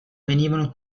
venivano